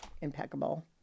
impeccable